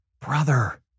brother